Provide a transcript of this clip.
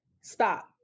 stop